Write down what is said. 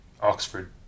Oxford